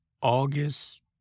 August